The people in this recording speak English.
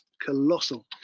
colossal